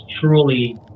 truly